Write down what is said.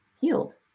healed